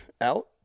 out